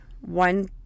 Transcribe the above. One